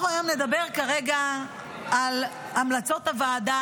כרגע אנחנו נדבר על המלצות הוועדה